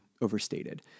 overstated